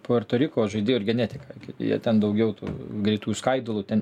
puerto riko žaidėjų ir genetika jie ten daugiau tų greitųjų skaidulų ten